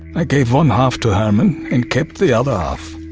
i gave one half to herman and kept the other half.